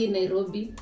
Nairobi